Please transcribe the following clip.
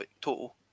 total